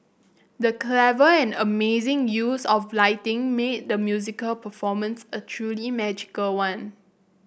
the clever and amazing use of lighting made the musical performance a truly magical one